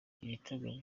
ibitego